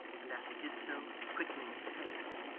and as he did so quickening his pace.